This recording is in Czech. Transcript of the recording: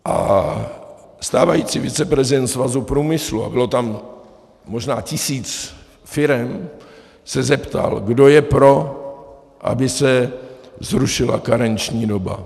A stávající viceprezident Svazu průmyslu, a bylo tam možná tisíc firem, se zeptal, kdo je pro, aby se zrušila karenční doba.